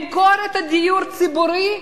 למכור את הדיור הציבורי,